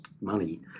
money